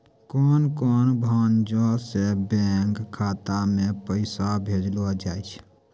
कोन कोन भांजो से बैंक खाता मे पैसा भेजलो जाय छै?